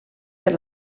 per